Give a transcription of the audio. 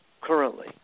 currently